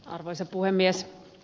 arvoisa puhemies